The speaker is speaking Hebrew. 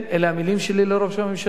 אלה היו הדברים שלי לראש הממשלה: